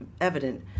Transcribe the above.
evident